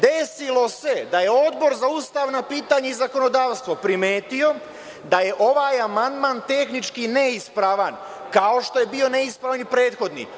Desilo se da je Odbor za ustavna pitanja i zakonodavstvo primetio da je ovaj amandman tehnički neispravan kao što je bio neispravan i prethodni.